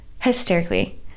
hysterically